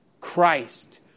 Christ